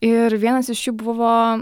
ir vienas iš jų buvo